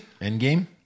Endgame